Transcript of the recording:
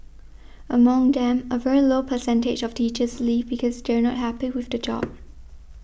among them a very low percentage of teachers leave because they are not happy with the job